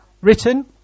Written